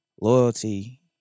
loyalty